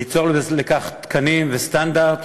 ליצור לכך תקנים וסטנדרט